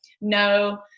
No